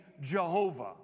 Jehovah